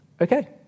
okay